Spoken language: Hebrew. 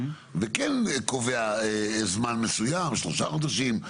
וכן קובע זמן מסוים, שלושה חודשים.